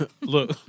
Look